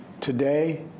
today